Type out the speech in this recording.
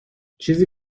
چیزی